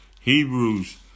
Hebrews